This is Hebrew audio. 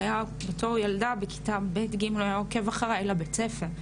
בתור ילדה בכיתה ב' ג' הוא היה עוקב אחרי לבית ספר,